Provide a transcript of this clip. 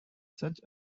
such